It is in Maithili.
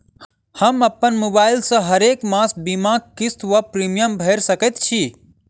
हम अप्पन मोबाइल सँ हरेक मास बीमाक किस्त वा प्रिमियम भैर सकैत छी?